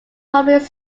public